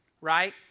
right